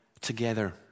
together